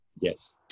yes